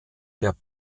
der